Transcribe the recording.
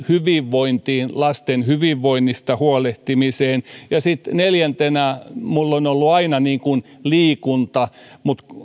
hyvinvointiin lasten hyvinvoinnista huolehtimiseen ja sitten neljäntenä minulla on ollut aina liikunta mutta